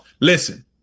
listen